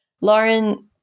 Lauren